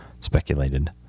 speculated